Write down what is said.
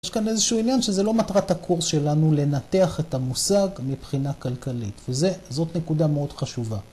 יש כאן איזשהו עניין שזה לא מטרת הקורס שלנו לנתח את המושג מבחינה כלכלית. וזה... זאת נקודה מאוד חשובה.